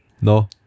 no